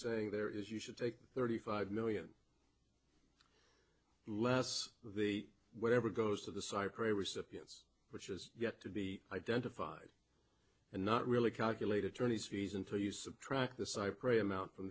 saying there is you should take thirty five million less the whatever goes to the cypre recipients which is yet to be identified and not really calculate attorney's fees until you subtract this i pray amount from